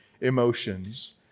emotions